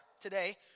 today